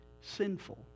sinful